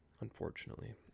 unfortunately